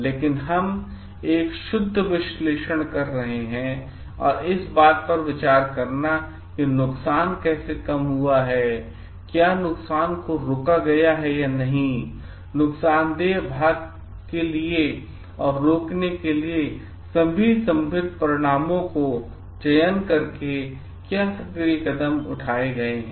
लेकिन हम एक शुद्ध विश्लेषण कर रहे हैं इस बात पर विचार करना कि नुकसान कैसे कम हुआ है क्या नुकसान को रोका गया है या नहीं नुकसानदेह भाग के लिए और रोकने के लिए और सभी संभावित परिणामों के चयन करके क्या सक्रिय कदम उठाए हैं